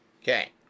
Okay